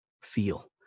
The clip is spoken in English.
feel